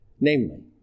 namely